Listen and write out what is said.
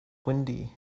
windy